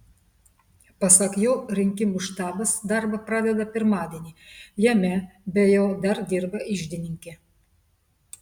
pasak jo rinkimų štabas darbą pradeda pirmadienį jame be jo dar dirba iždininkė